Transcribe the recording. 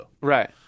Right